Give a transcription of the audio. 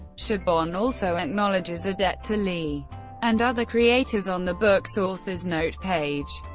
chabon also acknowledges a debt to lee and other creators on the book's author's note page.